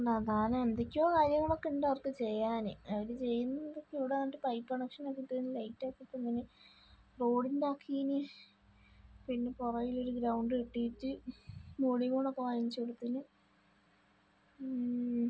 അതാണാ എന്തോക്കയോ കാര്യങ്ങള് ഒക്കെ ഉണ്ട് അവര്ക്ക് ചെയ്യാൻ അവർ ചെയ്യുന്നത് ഇവിടെ വന്നിട്ട് പൈപ്പ് കണക്ഷന് ഒക്കെ ഇട്ടു തന്നീന് ലൈറ്റ് ഒക്കെ ഇട്ടു തന്നീന് റോഡ് ഉണ്ടാക്കിന് പിന്നെ പുറകില് ഒരു ഗ്രൌണ്ട് കെട്ടിട്ട് വോളിബോലൊക്കെ വാങ്ങിച്ചു കൊടുത്തിന്